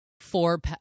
four